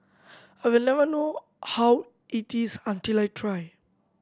I'll never know how it is until I try